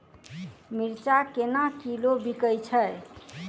मिर्चा केना किलो बिकइ छैय?